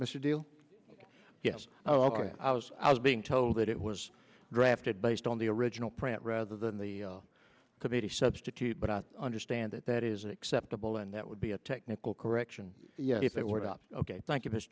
mr deal ok yes ok i was i was being told that it was drafted based on the original print rather than the committee substitute but i understand that that is acceptable and that would be a technical correction yeah if it went up ok thank you m